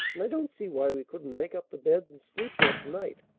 and i don't see why we couldn't make up the beds and sleep there to-night,